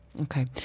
Okay